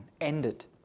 ended